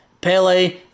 Pele